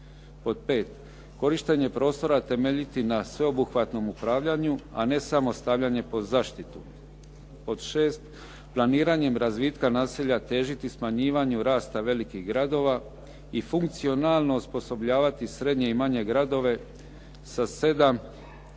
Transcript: Pod 5. korištenje prostora temeljiti na sveobuhvatnom upravljanju a ne samo stavljanje pod zaštitu. Pod 6. planiranjem razvitka naselja težiti smanjivanju rasta velikih gradova i funkcionalno osposobljavati srednje i manje gradova sa 7 do